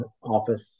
office